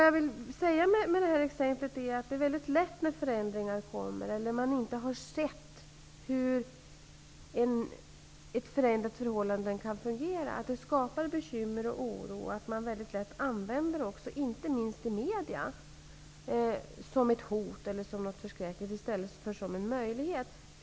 Jag vill med detta säga att det när man inte har sett hur ett förändrat förhållande kan fungera lätt skapas bekymmer och oro. Det är också lätt att man inte minst i medierna framför förändringar som ett hot eller som något förskräckligt, i stället för att se dem som en möjlighet.